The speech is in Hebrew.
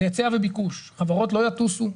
שהתעדוף של תחבורה ציבורית על פרטית היא